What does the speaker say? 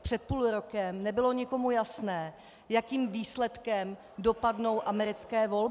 Před půl rokem nebylo nikomu jasné, jakým výsledkem dopadnou americké volby.